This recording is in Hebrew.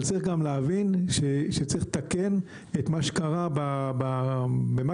אבל צריך גם להבין שצריך לתקן את מה שקרה ואת מה